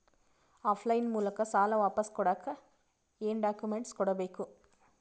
Of line ಮೂಲಕ ಸಾಲ ವಾಪಸ್ ಕೊಡಕ್ ಏನು ಡಾಕ್ಯೂಮೆಂಟ್ಸ್ ಕೊಡಬೇಕು?